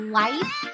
life